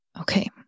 Okay